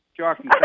Sharky